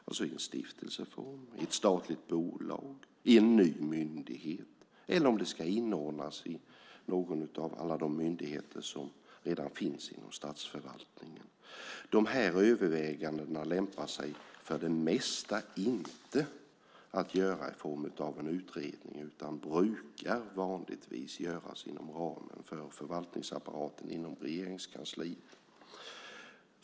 Ska det ske i stiftelseform, i ett statlig bolag, i en ny myndighet, eller ska det inordnas i någon av alla de myndigheter som redan finns inom statsförvaltningen? De här övervägandena lämpar sig för det mesta inte att göra i form av en utredning utan brukar vanligtvis göras inom ramen för förvaltningsapparaten inom Regeringskansliet.